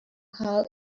how